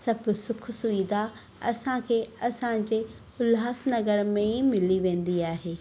सभु सुखु सुविधा असांखे असांजे उल्हासनगर में ई मिली वेंदी आहे